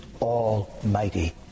almighty